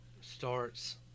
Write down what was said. starts